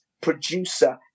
producer